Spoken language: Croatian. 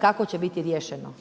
kako će biti riješeno.